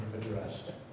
addressed